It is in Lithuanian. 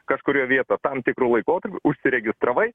kažkurioj vietą tam tikru laikotarpiu užsiregistravai